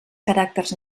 caràcters